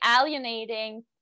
alienating